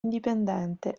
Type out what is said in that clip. indipendente